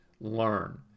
learn